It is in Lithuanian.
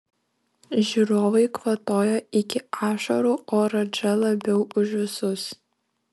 žiūrovai kvatojo iki ašarų o radža labiau už visus